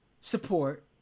support